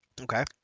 Okay